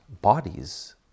bodies